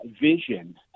vision